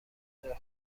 خوبیه